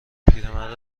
پیرمرد